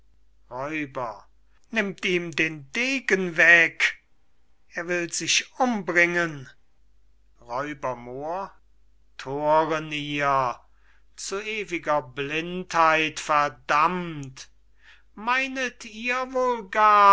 nimmt ihm den degen weg er will sich umbringen r moor thoren ihr zu ewiger blindheit verdammt meynet ihr wohl gar